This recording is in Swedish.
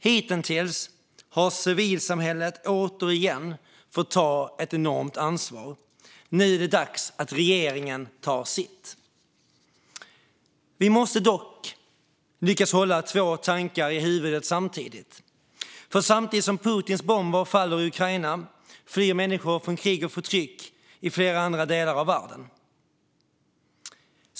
Hitintills har civilsamhället återigen fått ta ett enormt ansvar. Nu är det dags att regeringen tar sitt. Vi måste dock lyckas hålla två tankar i huvudet samtidigt. För samtidigt som Putins bomber faller i Ukraina flyr människor från krig och förtryck i flera andra delar av världen.